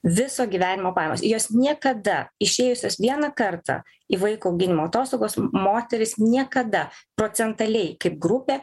viso gyvenimo pajamos jos niekada išėjusius vieną kartą į vaiko auginimo atostogos moteris niekada procentaliai kaip grupė